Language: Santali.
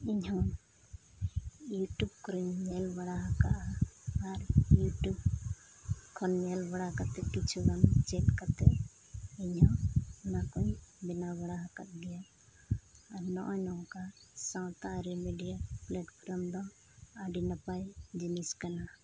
ᱤᱧᱦᱚᱸ ᱤᱭᱩᱴᱩᱵᱽ ᱠᱚᱨᱮᱧ ᱧᱮᱞ ᱵᱟᱲᱟ ᱟᱠᱟᱫᱼᱟ ᱟᱨ ᱤᱭᱩᱴᱩᱵᱽ ᱠᱷᱚᱱ ᱧᱮᱞᱵᱟᱲᱟ ᱠᱟᱛᱮᱫ ᱠᱤᱪᱷᱩᱜᱟᱱ ᱪᱮᱫ ᱠᱟᱛᱮᱫ ᱤᱧᱦᱚᱸ ᱚᱱᱟᱠᱚᱧ ᱵᱮᱱᱟᱣ ᱵᱟᱲᱟ ᱟᱠᱟᱫ ᱜᱮᱭᱟ ᱟᱨ ᱱᱚᱜᱼᱚᱭ ᱱᱚᱝᱠᱟ ᱥᱟᱶᱛᱟ ᱟᱹᱨᱤ ᱢᱤᱰᱤᱭᱟ ᱯᱞᱟᱴᱯᱷᱚᱨᱚᱢ ᱫᱚ ᱟᱹᱰᱤ ᱱᱟᱯᱟᱭ ᱡᱤᱱᱤᱥ ᱠᱟᱱᱟ